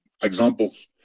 examples